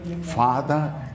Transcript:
Father